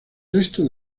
resto